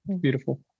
Beautiful